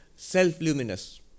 Self-luminous